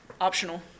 optional